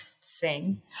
sing